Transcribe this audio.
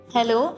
Hello